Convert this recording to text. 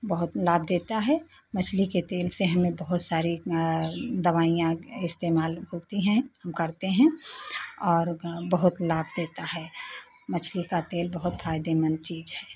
बहुत लाभ देता है मछली के तेल से हमें बहुत सारी दवाइयाँ इस्तेमाल होती हैं हम करते हैं और बहुत लाभ देता है मछली का तेल बहुत फ़ायदेमंद चीज़ है